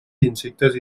insectes